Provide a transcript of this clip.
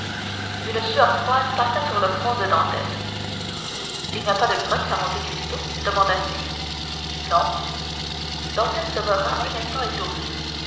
une sueur froide passa sur le front de dantès il n'y a pas de grottes à monte cristo demanda-t-il non dantès demeura un instant étourdi